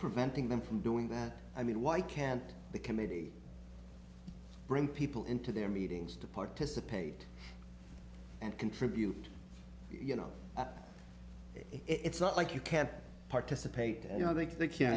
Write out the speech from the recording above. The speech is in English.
preventing them from doing that i mean why can't the committee bring people into their meetings to participate and contribute you know it's not like you can't participate you know they th